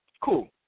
Cool